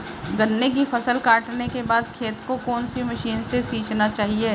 गन्ने की फसल काटने के बाद खेत को कौन सी मशीन से सींचना चाहिये?